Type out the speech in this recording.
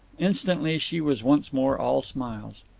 instantly she was once more all smiles.